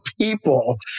people